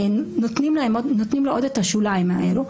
נותנים לו עוד את השוליים האלה.